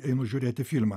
einu žiūrėti filmą